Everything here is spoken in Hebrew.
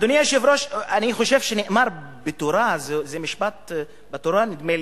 אדוני היושב-ראש, אני חושב שנאמר בתורה, נדמה לי,